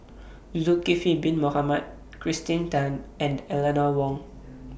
Zulkifli Bin Mohamed Kirsten Tan and Eleanor Wong